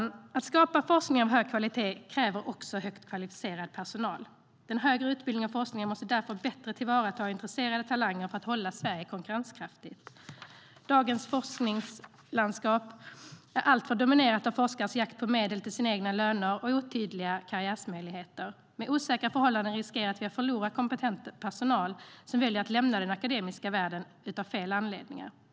För att skapa forskning av hög kvalitet krävs högt kvalificerad personal. Den högre utbildningen och forskningen måste därför bättre tillvarata intresserade talanger för att hålla Sverige konkurrenskraftigt. Dagens forskningslandskap är alltför dominerat av forskares jakt på medel till sina egna löner och otydliga karriärmöjligheter. Med osäkra förhållanden riskerar vi att förlora kompetent personal som väljer att lämna den akademiska världen av fel anledningar.